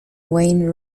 wayne